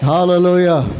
Hallelujah